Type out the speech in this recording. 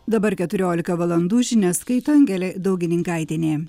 dabar keturiolika valandų žinias skaito angelė daugininkaitienė